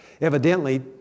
Evidently